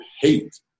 hate